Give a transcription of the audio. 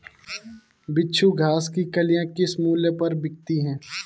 बिच्छू घास की कलियां किस मूल्य पर बिकती हैं?